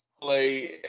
play